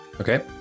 Okay